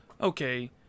okay